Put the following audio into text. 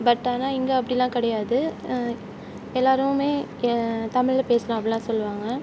but ஆனால் இங்கே அப்படிலாம் கிடையாது எல்லோருமே தமிழில் பேசலாம் அப்படிலாம் சொல்லுவாங்க